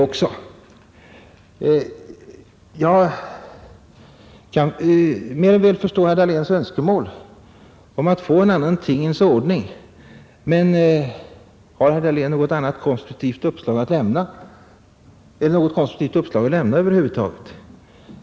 Jag kan mer än väl förstå herr Dahléns önskemål om en annan tingens ordning. Har herr Dahlén något konstruktivt uppslag därvidlag att lämna?